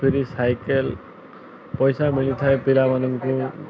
ଫେରି ସାଇକେଲ୍ ପଇସା ମିଳିିଥାଏ ପିଲାମାନଙ୍କୁ